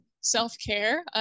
self-care